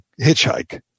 hitchhike